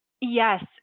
Yes